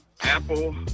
Apple